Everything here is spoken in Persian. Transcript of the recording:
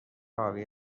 حاوی